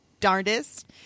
darndest